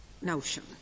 notion